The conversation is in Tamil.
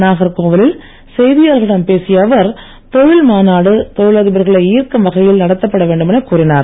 நாகர்கோவிலில் செய்தியாளர்களிடம் பேசிய அவர் தொழில் மாநாடு தொழிலதிபர்களை ஈர்க்கும் வகையில் நடத்தப்பட வேண்டும் என கூறினார்